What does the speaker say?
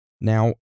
Now